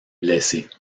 blessée